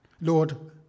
Lord